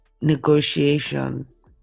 negotiations